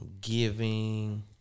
giving